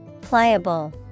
Pliable